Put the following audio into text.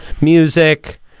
music